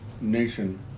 nation